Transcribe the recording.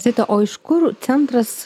zita o iš kur centras